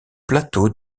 plateaux